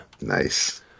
Nice